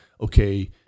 okay